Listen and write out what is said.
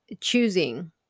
choosing